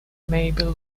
mabel